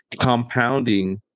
compounding